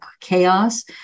chaos